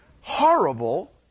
horrible